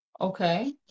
Okay